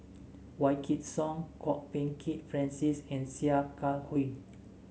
Wykidd Song Kwok Peng Kin Francis and Sia Kah Hui